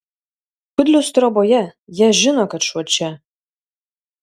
kudlius troboje jie žino kad šuo čia